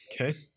Okay